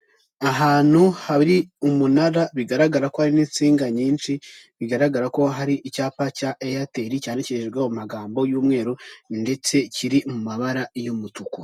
Ahantu hari umunara bigaragara ko hari n'insinga nyinshi bigaragara ko hari icyapa cya Eyateri cyandikijweho amagambo y'umweru ndetse kiri mu mabara y'umutuku .